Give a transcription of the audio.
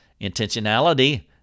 intentionality